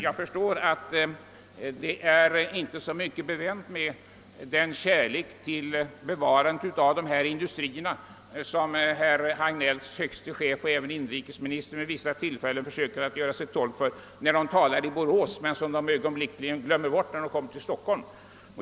Jag förstår att det inte är så mycket bevänt med den kärlek till dessa industrier och det intresse för bevarande av dem som herr Hagnells högste chef och även inrikesministern uttrycker när de talar i Borås men som de sedan glömmer när de kommer till Stockholm.